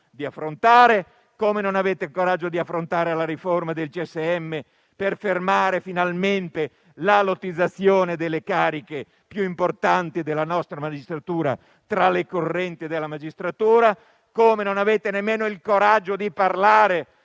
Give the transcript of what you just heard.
di affrontare, come non lo avete di affrontare la riforma del CSM per fermare finalmente la lottizzazione delle cariche più importanti tra le correnti della magistratura. Non avete nemmeno il coraggio di parlare